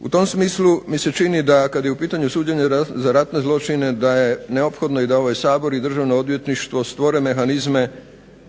U tom smislu mi se čini da kad je u pitanju suđenje za ratne zločine da je neophodno da ovaj Sabor i Državno odvjetništvo stvore mehanizme